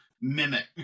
mimic